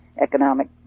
Economic